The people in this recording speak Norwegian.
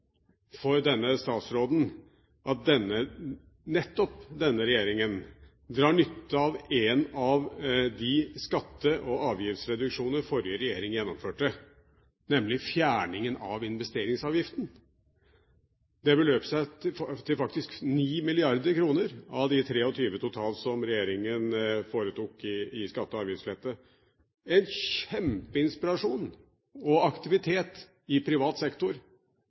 for denne statsråden at nettopp denne regjeringen drar nytte av en av de skatte- og avgiftsreduksjoner som forrige regjering gjennomførte, nemlig fjerningen av investeringsavgiften. Det beløp seg faktisk til 9 mrd. kr av de 23 mrd. kr totalt som den regjeringen foretok i skatte- og avgiftslette. Det førte til en kjempeinspirasjon og aktivitet i privat sektor,